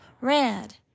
red